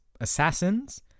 assassins